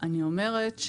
אני אומרת,